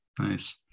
Nice